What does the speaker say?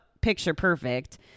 picture-perfect